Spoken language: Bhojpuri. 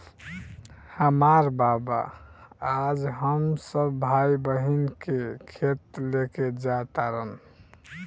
हामार बाबा आज हम सब भाई बहिन के खेत लेके जा तारन